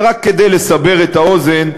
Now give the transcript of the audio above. ורק כדי לסבר את האוזן,